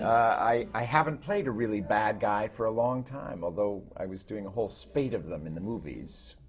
i haven't played a really bad guy for a long time, although i was doing a whole spate of them in the movies,